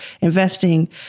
investing